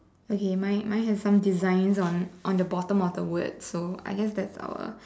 okay mine mine has some designs on on the bottom of the word so I guess that's our